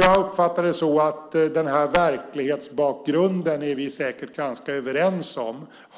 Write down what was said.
Jag uppfattar att vi är ganska överens om verklighetsbakgrunden.